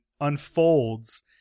unfolds